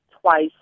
twice